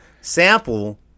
sample